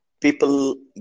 people